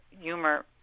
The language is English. humor